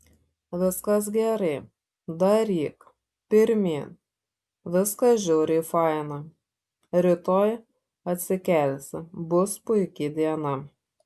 viskas gerai daryk pirmyn viskas žiauriai faina rytoj atsikelsi bus puiki diena